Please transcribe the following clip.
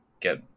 get